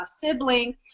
sibling